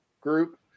group